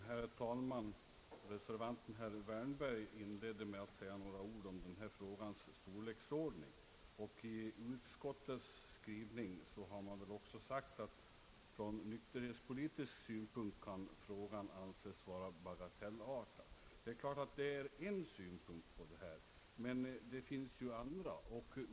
Herr talman! Reservanten herr Wärnberg inledde sitt anförande med att säga några ord om denna frågas storleks ordning. I utskottets skrivning framhålles också, att från nykterhetspolitisk synpunkt kan frågan anses vara bagatellartad. Det är klart att detta är en synpunkt, men det finns också andra.